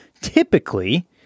typically